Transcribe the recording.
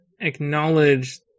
acknowledge